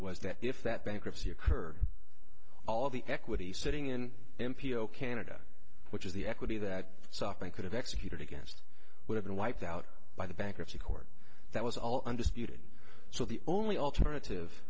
was that if that bankruptcy occurred all the equity sitting in m p o canada which is the equity that sopping could have executed against would have been wiped out by the bankruptcy court that was all undisputed so the only alternative